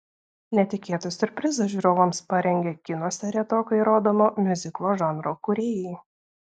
netikėtą siurprizą žiūrovams parengė kinuose retokai rodomo miuziklo žanro kūrėjai